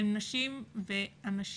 אלה נשים ואנשים